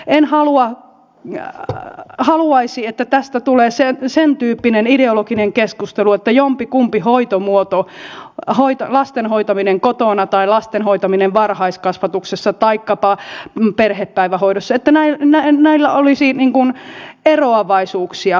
en haluaisi että tästä tulee sentyyppinen ideologinen keskustelu että lasten hoitamisella kotona tai lasten hoitamisella varhaiskasvatuksessa tai vaikkapa perhepäivähoidossa olisi eroavaisuuksia